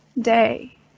day